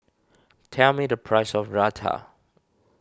tell me the price of Raita